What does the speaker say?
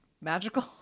magical